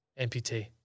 amputee